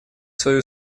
свою